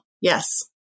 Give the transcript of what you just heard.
yes